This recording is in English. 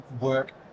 work